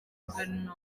guverinoma